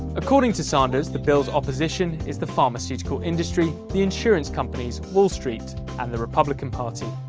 according to sanders, the bill's opposition is the pharmaceutical industry, the insurance companies, wall street and the republican party.